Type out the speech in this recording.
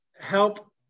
help